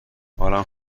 حالم